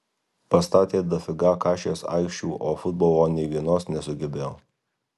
pastatė dafiga kašės aikščių o futbolo nei vienos nesugebėjo